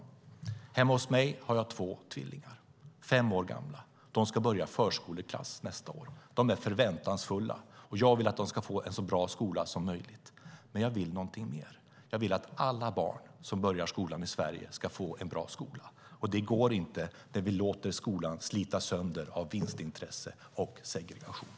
Hemma hos mig har jag tvillingar, fem år gamla. De ska börja i förskoleklass nästa år. De är förväntansfulla. Och jag vill att de ska få gå i en så bra skola som möjligt. Men jag vill någonting mer. Jag vill att alla barn som börjar skolan i Sverige ska få gå i en bra skola, och det går inte när vi låter skolan slitas sönder av vinstintresse och segregation.